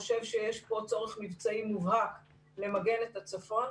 חושב שיש פה צורך מבצעי מובהק למגן את הצפון,